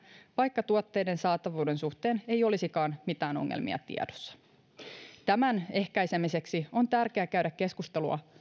vaikka tuotteiden saatavuuden suhteen ei olisikaan mitään ongelmia tiedossa tämän ehkäisemiseksi on tärkeää käydä keskustelua